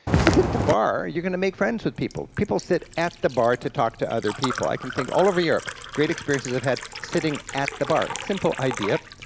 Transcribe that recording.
if you sit at the bar you're going to make friends with people. people sit at the bar to talk to other people. i can think, all over europe, great experiences i've had, sitting at the bar. simple idea.